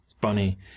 Bunny